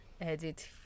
edit